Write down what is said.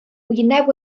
wyneb